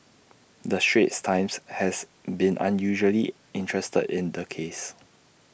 the straits times has been unusually interested in the case